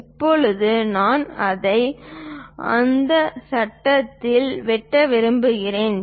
இப்போது நான் அதை அந்த சட்டகத்தில் வெட்ட விரும்புகிறேன்